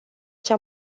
cea